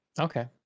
Okay